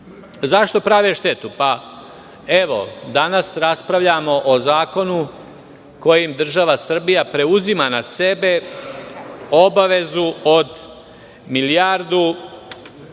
Zašto prave štetu? Danas raspravljamo o zakonu kojim država Srbija preuzima na sebe obavezu od 1.346.775.310